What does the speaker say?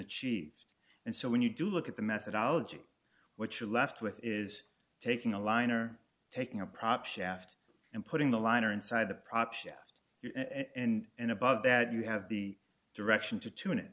achieved and so when you do look at the methodology what you're left with is taking a line or taking a prop shaft and putting the liner inside the prop shaft and above that you have the direction to tune it